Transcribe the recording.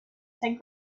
said